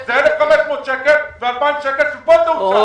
זה 1,500 שקלים ו-2,000 שקל שפה זה הוצע.